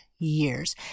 years